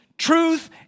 Truth